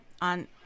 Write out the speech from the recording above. on